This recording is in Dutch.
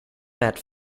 met